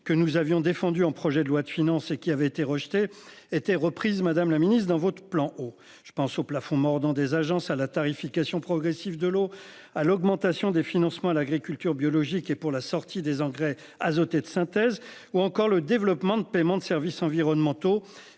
que nous avions défendu un projet de loi de finances et qui avait été rejetée étaient reprises Madame la Ministre dans votre plan, je pense au plafond mordant dans des agences à la tarification progressive de l'eau à l'augmentation des financements à l'agriculture biologique et pour la sortie des engrais azotés de synthèse ou encore le développement de paiement de services environnementaux.